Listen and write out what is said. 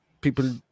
people